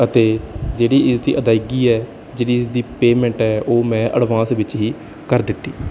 ਅਤੇ ਜਿਹੜੀ ਇਸ ਦੀ ਅਦਾਇਗੀ ਹੈ ਜਿਹੜੀ ਦੀ ਪੇਮੈਂਟ ਹੈ ਉਹ ਮੈਂ ਅਡਵਾਂਸ ਵਿੱਚ ਹੀ ਕਰ ਦਿੱਤੀ